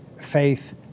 faith